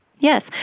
Yes